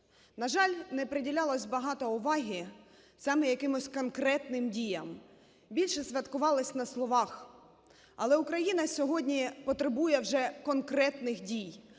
На жаль, не приділялося багато уваги саме якимось конкретним діям, більше святкувалося на словах. Але Україна сьогодні потребує вже конкретних дій,